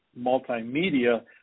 multimedia